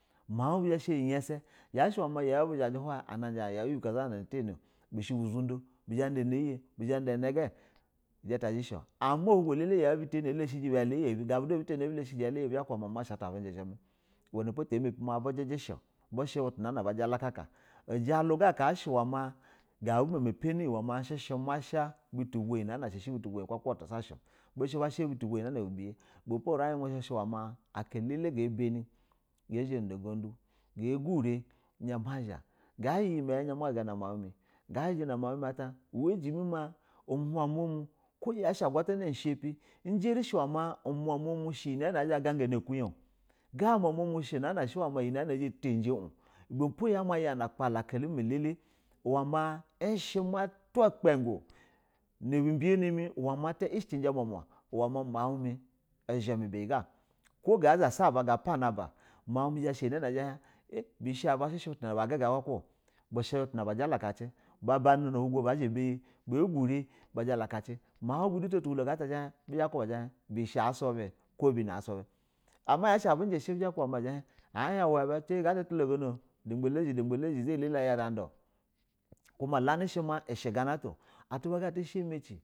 Mau bu zha sha iyasa yashi maw bu zhayi yau yibika zana zhaji o bish buzundo bizha da nayi bizah ada naye bisha da nag a ama olugu elele a butani, ama olugo elele yau ba tani a lishe jiba yala iya yaya bi uma ata a baji zhimi uhlano po ta a mapi ma bu jiji she bu she butu nana ba jalakaka ujalu g aka shiwa ma ga ba bu mama pani ma bisha bas ha butu buyi shi butu buyi na shi butu buta tu sahi bishi bas ha butu bi biye ibe po urin mu she ma aka elele ga bani ga zha nu da ungundu ga gure izha mazha ga yiyinmya izha ma guga nu mau mimi ga jiji nu ma mau mi at hlajinii ma umuma mu oko agwa tana shapi ɛje rishe ma umuma mu shɛ iyɛ na azha a gaga nakuyie ga umuma mu shɛ iyɛ yin a azha a taja un ibe po yama yana akpala aka elele ishe ma tula ukpagu nab u biyani mi tishe ta ishɛ ji jaa umuma, uhlema mau mi mizhɛ mɛ bayɛ ga oko ga zasa bag a pani. Aba mulmi zha hin bishi mi shesh ba gugo kaka a bishɛ butu na ba jalako cin ba buna na ohi go ba zha ba pai ba zha ba gure ba jala kaki maubu du to tuhulo gana at azha hin bishɛ a subɛ, ama ama ko bino asubi sha shi ama bu jishi a zha hin a zha a hin ci ba gana otulongono doblozhi doblozhi izayi eldele ɛri a do ulani shɛ ma shɛ ga na ato atu bag a tishɛ amaci.